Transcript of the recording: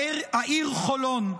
העיר חולון.